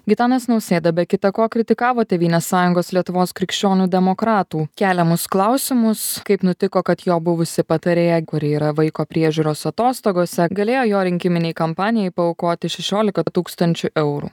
gitanas nausėda be kita ko kritikavo tėvynės sąjungos lietuvos krikščionių demokratų keliamus klausimus kaip nutiko kad jo buvusi patarėja kuri yra vaiko priežiūros atostogose galėjo jo rinkiminei kampanijai paaukoti šešiolika tūkstančių eurų